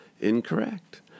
incorrect